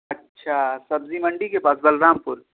اچھا سبزی منڈی کے پاس بلرام پور